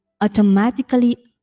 automatically